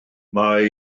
mae